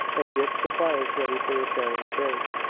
and get supplies ready for repairing the break.